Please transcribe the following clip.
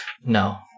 No